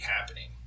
happening